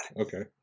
Okay